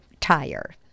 tire